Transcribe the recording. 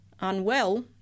unwell